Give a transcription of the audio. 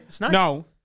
no